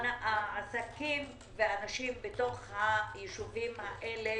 העסקים והאנשים בתוך הישובים האלה